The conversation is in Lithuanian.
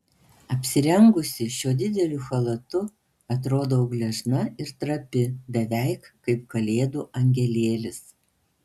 apsirengusi šiuo dideliu chalatu atrodau gležna ir trapi beveik kaip kalėdų angelėlis